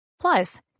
Plus